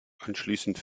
anschließend